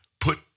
put